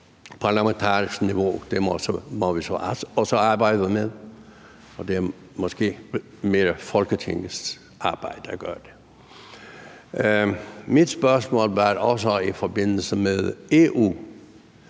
parlamentariske niveau, og det må vi så også arbejde på; det er måske mere Folketingets opgave at gøre det. Mit spørgsmål er også i forbindelse med EU.